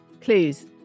clues